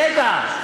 רגע,